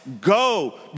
go